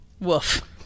woof